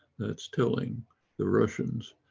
that's telling the russians,